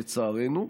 לצערנו,